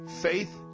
Faith